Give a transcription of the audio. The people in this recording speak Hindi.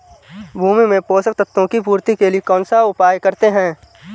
भूमि में पोषक तत्वों की पूर्ति के लिए कौनसा उपाय करते हैं?